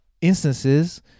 instances